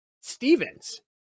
Stevens